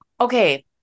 Okay